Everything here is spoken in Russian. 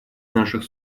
наших